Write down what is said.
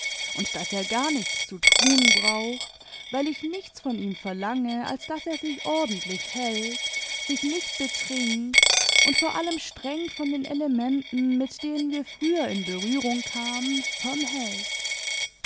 und daß er gar nichts zu tun braucht weil ich nichts von ihm verlange als daß er sich ordentlich hält sich nicht betrinkt und vor allem streng von den elementen mit denen wir früher in berührung kamen